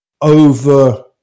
over